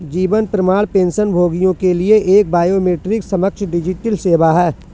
जीवन प्रमाण पेंशनभोगियों के लिए एक बायोमेट्रिक सक्षम डिजिटल सेवा है